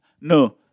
no